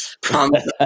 Promise